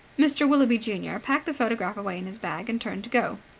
mr. willoughby junior packed the photograph away in his bag, and turned to go.